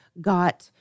got